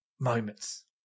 moments